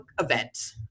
event